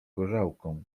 gorzałką